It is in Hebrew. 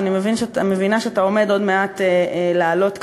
אני מבינה שאתה עומד עוד מעט לעלות כאן,